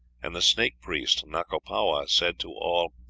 and the snake-priest nakopowa said to all,